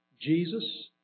Jesus